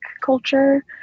culture